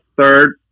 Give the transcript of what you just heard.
third